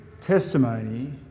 testimony